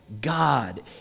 God